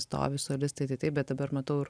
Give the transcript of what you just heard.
stovi solistai tai taip bet dabar matau ir